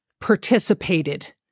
participated